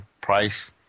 price